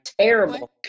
terrible